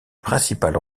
principales